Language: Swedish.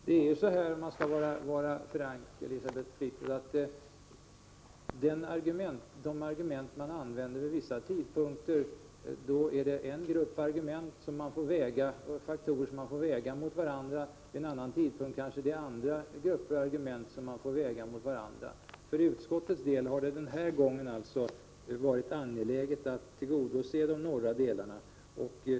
Det är ju så, om man skall vara frank, Elisabeth Fleetwood, att de argument man vid en viss tidpunkt använder är resultatet av en avvägning mellan olika faktorer. Vid en annan tidpunkt är det andra faktorer man får väga mot varandra. För utskottets del har det den här gången varit angeläget att tillgodose de norra delarnas behov.